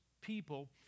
people